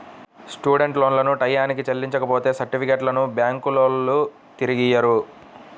student లోన్లను టైయ్యానికి చెల్లించపోతే సర్టిఫికెట్లను బ్యాంకులోల్లు తిరిగియ్యరు